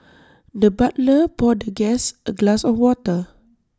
the butler poured the guest A glass of water